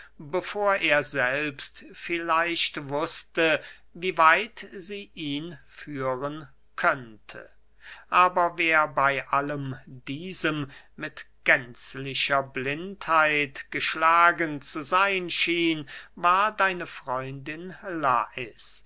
bevor er selbst vielleicht wußte wie weit sie ihn führen könnte aber wer bey allem diesem mit gänzlicher blindheit geschlagen zu seyn schien war deine freundin lais